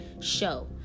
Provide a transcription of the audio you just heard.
show